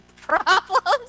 problems